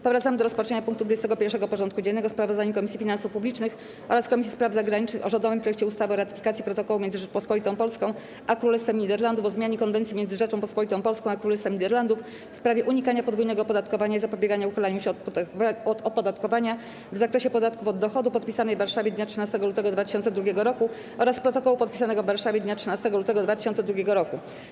Powracamy do rozpatrzenia punktu 21. porządku dziennego: Sprawozdanie Komisji Finansów Publicznych oraz Komisji Spraw Zagranicznych o rządowym projekcie ustawy o ratyfikacji Protokołu między Rzecząpospolitą Polską a Królestwem Niderlandów o zmianie Konwencji między Rzecząpospolitą Polską a Królestwem Niderlandów w sprawie unikania podwójnego opodatkowania i zapobiegania uchylaniu się od opodatkowania w zakresie podatków od dochodu, podpisanej w Warszawie dnia 13 lutego 2002 roku, oraz Protokołu, podpisanego w Warszawie dnia 13 lutego 2002 roku.